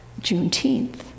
Juneteenth